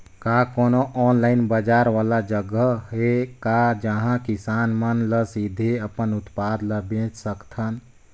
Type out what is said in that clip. का कोनो ऑनलाइन बाजार वाला जगह हे का जहां किसान मन ल सीधे अपन उत्पाद ल बेच सकथन?